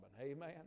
Amen